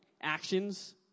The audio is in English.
Actions